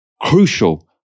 crucial